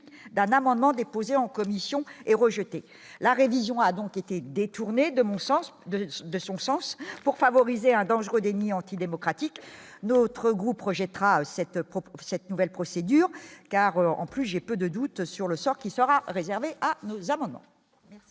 d'un amendement, déposé en commission et rejeté la révision a donc été détournés de mon sens de de son sens pour favoriser un dangereux anti-démocratique, d'autres groupes rejettera cette propres cette nouvelle procédure car, en plus, j'ai peu de doute sur le sort qui sera réservé à nos amendements. Merci,